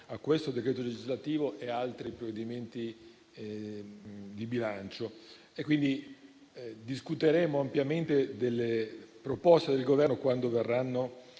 a questo decreto legislativo e ad altri provvedimenti di bilancio. Pertanto discuteremo ampiamente delle proposte del Governo quando verranno